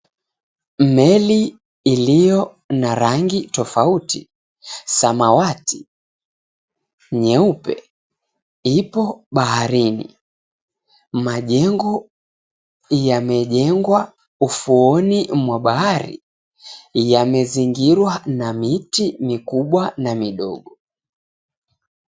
Meli ilio na rangi tofauti samawati, nyeupe ipo baharini. Majengo yamejengwa ufuoni mwa bahari yamezingirwa na miti mikubwa na midogo.